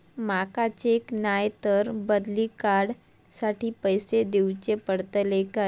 माका चेक नाय तर बदली कार्ड साठी पैसे दीवचे पडतले काय?